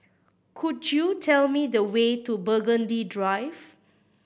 could you tell me the way to Burgundy Drive